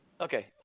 Okay